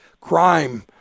crime